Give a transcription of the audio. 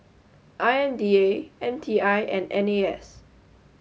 I M D A M T I and N A S